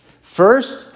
first